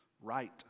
Right